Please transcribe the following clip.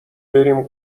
بریم